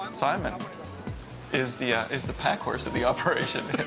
and simon um is the ah is the pack horse of the operation. for